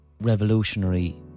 revolutionary